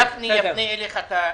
יפנה אליך את השאלות.